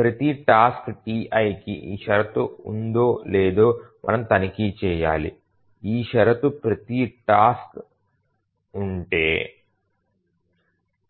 ప్రతి టాస్క్ Tiకి ఈ షరతు ఉందో లేదో మనం తనిఖీ చేయాలి ఈ షరతు ప్రతి టాస్క్ కి ఉంటే